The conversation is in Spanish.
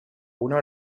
una